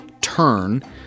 turn